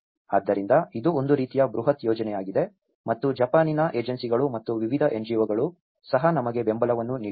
ಆದ್ದರಿಂದ ಇದು ಒಂದು ರೀತಿಯ ಬೃಹತ್ ಯೋಜನೆಯಾಗಿದೆ ಮತ್ತು ಜಪಾನಿನ ಏಜೆನ್ಸಿಗಳು ಮತ್ತು ವಿವಿಧ NGOಗಳು ಸಹ ನಮಗೆ ಬೆಂಬಲವನ್ನು ನೀಡಿವೆ